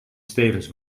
stevens